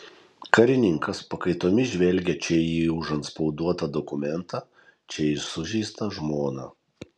karininkas pakaitomis žvelgė čia į užantspauduotą dokumentą čia į sužeistą žmoną